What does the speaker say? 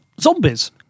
zombies